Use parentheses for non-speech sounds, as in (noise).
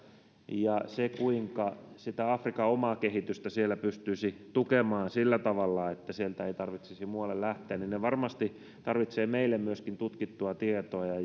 ja se kuinka sitä afrikan omaa kehitystä siellä pystyisi tukemaan sillä tavalla että sieltä ei tarvitsisi muualle lähteä siltä osin varmasti tarvitaan meille myöskin tutkittua tietoa (unintelligible)